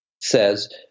says